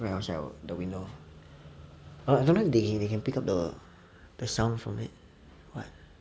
outside of the window uh I don't know if they they can pick up the sound from it or what